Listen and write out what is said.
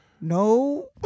No